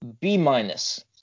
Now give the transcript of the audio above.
B-minus